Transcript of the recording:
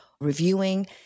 reviewing